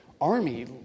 army